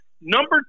number